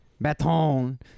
Baton